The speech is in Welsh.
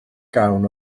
gawn